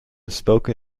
spoken